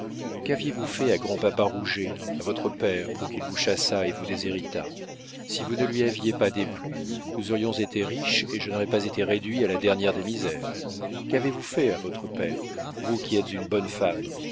qu'aviez-vous fait à grand-papa rouget à votre père pour qu'il vous chassât et vous déshéritât si vous ne lui aviez pas déplu nous aurions été riches et je n'aurais pas été réduit à la dernière des misères qu'avez-vous fait à votre père vous qui êtes une bonne femme